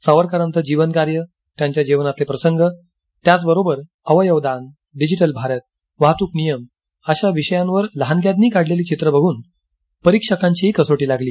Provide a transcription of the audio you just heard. सावरकरांच जीवनकार्य त्यांच्या जीवनातले प्रसंग त्याचबरोबर अवयव दान डिजिटल भारत वाहतूक नियम अशा विषयांवर लहानग्यांनी काढलेली चित्र बघून परीक्षकांचीही कसोटी लागली